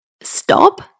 stop